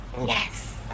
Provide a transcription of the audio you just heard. Yes